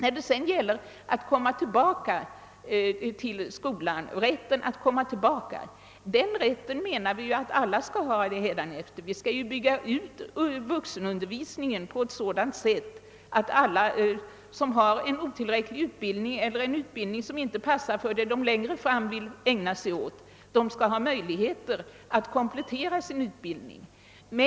Rätten att sedan komma tillbaka till skolan menar vi att alla skall ha hädanefter. Vuxenundervisningen skall byggas ut på ett sådant sätt, att alla som har otillräcklig utbildning eller en utbildning som inte passar för vad de längre fram vill ägna sig åt skall ha möjlighet att komplettera sin utbildning.